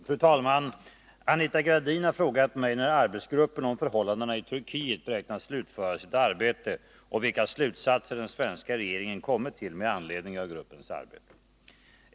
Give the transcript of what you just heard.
Fru talman! Anita Gradin har frågat mig när arbetsgruppen om förhållandena i Turkiet beräknas slutföra sitt arbete och vilka slutsatser den svenska regeringen kommit till med anledning av gruppens arbete.